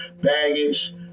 baggage